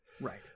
right